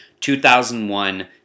2001